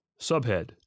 Subhead